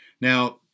Now